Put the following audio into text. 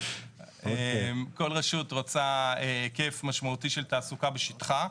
כל רשות רוצה היקף משמעותי של תעסוקה בשטחה.